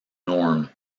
norm